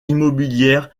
immobilières